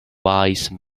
wise